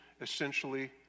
essentially